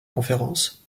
conférence